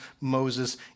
Moses